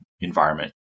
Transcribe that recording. environment